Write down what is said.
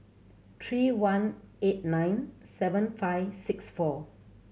three one eight nine seven five six four